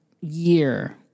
year